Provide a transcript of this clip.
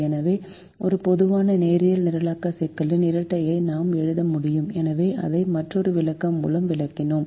எனவே ஒரு பொதுவான நேரியல் நிரலாக்க சிக்கலின் இரட்டையை நாம் எழுத முடியும் எனவே அதை மற்றொரு விளக்கம் மூலம் விளக்கினோம்